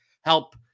help